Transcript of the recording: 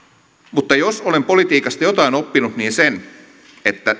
mutta jos olen politiikasta jotain oppinut niin sen että